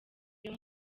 uyu